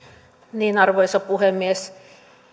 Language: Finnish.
teemme arvoisa puhemies